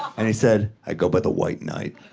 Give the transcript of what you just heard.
and he said, i go by the white knight.